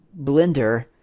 blender